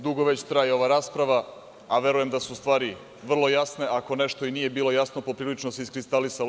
Dugo već traje ova rasprava, a verujem da su stvari vrlo jasne, a ako nešto nije bilo jasno, poprilično se iskristalisalo.